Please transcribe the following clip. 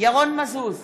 ירון מזוז,